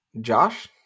Josh